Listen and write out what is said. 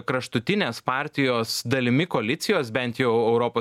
kraštutinės partijos dalimi koalicijos bent jau europos liaudies partija